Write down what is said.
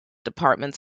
department